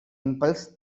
impulse